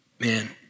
Man